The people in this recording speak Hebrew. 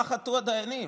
מה חטאו הדיינים?